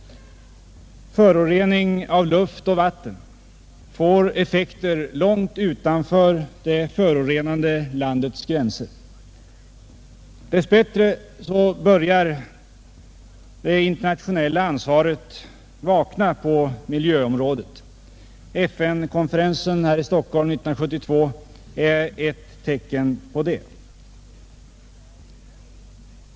Förorening av luft och vatten får effekter långt utanför det förorenande landets gränser. Dess bättre börjar det internationella ansvaret vakna på miljöområdet. FN-konferensen här i Stockholm 1972 är ett tecken på det.